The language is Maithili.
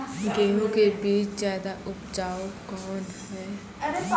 गेहूँ के बीज ज्यादा उपजाऊ कौन है?